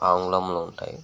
ఆంగ్లంలో ఉంటాయి